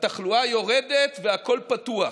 התחלואה יורדת והכול פתוח.